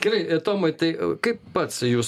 gerai tomai tai kaip pats jūs